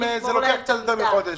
יותר מחודש?